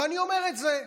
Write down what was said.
ואני אומר את זה,